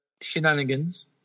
shenanigans